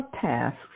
tasks